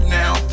now